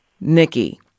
Nikki